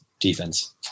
defense